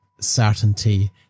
certainty